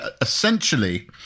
essentially